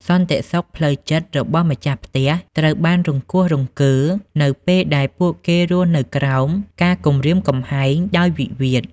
សន្តិសុខផ្លូវចិត្តរបស់ម្ចាស់ផ្ទះត្រូវបានរង្គោះរង្គើ នៅពេលដែលពួកគេរស់នៅក្រោមការគំរាមកំហែងដោយវិវាទ។